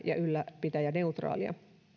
ja ylläpitäjäneutraali